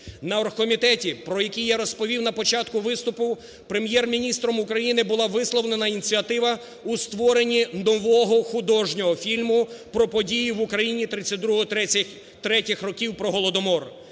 На оргкомітеті, про який я розповів на початку виступу, Прем’єр-міністром України була висловлена ініціатива у створення нового художнього фільму про події в Україні 1932-33 років, про Голодомор.